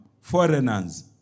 foreigners